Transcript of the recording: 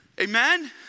Amen